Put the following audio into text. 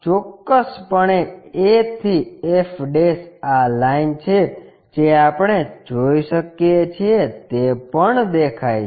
ચોક્કસપણે a થી f આ લાઈન જે આપણે જોઈ શકીએ છીએ તે પણ દેખાય છે